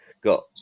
got